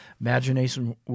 Imagination